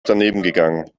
danebengegangen